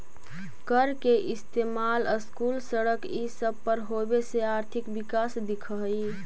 कर के इस्तेमाल स्कूल, सड़क ई सब पर होबे से आर्थिक विकास दिख हई